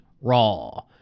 Raw